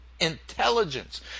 intelligence